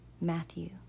Matthew